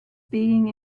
being